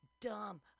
dumb